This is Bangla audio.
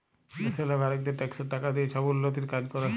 দ্যাশের লগারিকদের ট্যাক্সের টাকা দিঁয়ে ছব উল্ল্যতির কাজ ক্যরে